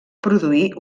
produir